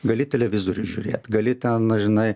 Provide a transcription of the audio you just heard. gali televizorių žiūrėt gali ten žinai